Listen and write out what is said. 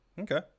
okay